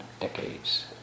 decades